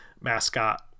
mascot